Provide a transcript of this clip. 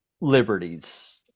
liberties